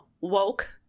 woke